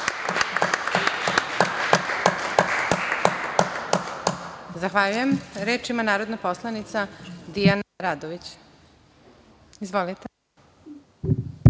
Zahvaljujem. Reč ima narodna poslanica Dijana Radović. Izvolite.